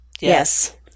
yes